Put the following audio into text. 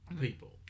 people